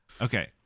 Okay